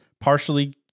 partially